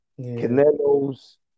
Canelo's